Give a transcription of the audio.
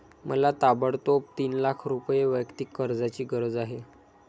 मला ताबडतोब तीन लाख रुपये वैयक्तिक कर्जाची गरज आहे